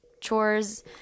chores